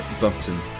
Button